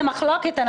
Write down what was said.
אין על זה מחלוקת,